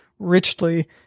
richly